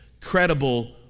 credible